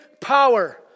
power